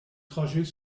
trajet